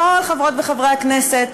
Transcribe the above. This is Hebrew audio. כל חברות וחברי הכנסת,